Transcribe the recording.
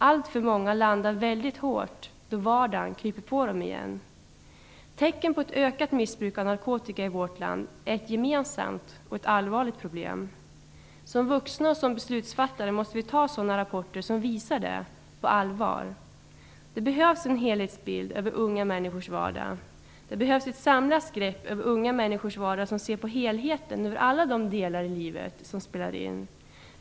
Alltför många landar mycket hårt då vardagen kryper inpå dem igen. Tecknen på ett ökat missbruk av narkotika i vårt land är ett gemensamt och ett allvarligt problem. Som vuxna och som beslutsfattare måste vi ta sådana rapporter som visar detta på allvar. Det behövs en helhetsbild över unga människors vardag. Det behövs ett samlat grepp som ser på helheten av alla de delar i livet som spelar in.